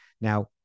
Now